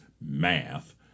math